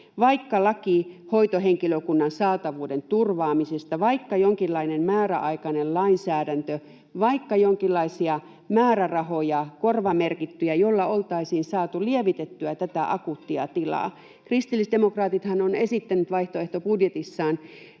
vaikka laki hoitohenkilökunnan saatavuuden turvaamisesta, vaikka jonkinlainen määräaikainen lainsäädäntö, vaikka jonkinlaisia määrärahoja, korvamerkittyjä, joilla oltaisiin saatu lievitettyä tätä akuuttia tilaa. Kristillisdemokraatithan on esittänyt vaihtoehtobudjetissaan